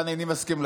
איני מסכים,